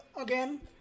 again